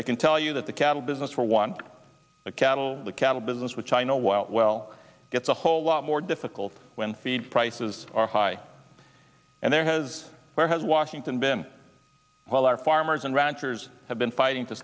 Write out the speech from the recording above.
i can tell you that the cattle business for one the cattle the cattle business which i know well well it's a whole lot more difficult when feed prices are high and there has where has washington been while our farmers and ranchers have been fighting to